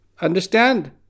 Understand